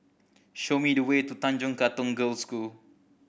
show me the way to Tanjong Katong Girls' School